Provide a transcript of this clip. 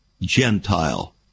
Gentile